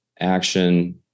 action